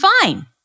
fine